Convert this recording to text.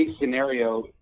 scenario